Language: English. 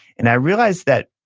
and i realized that